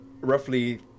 roughly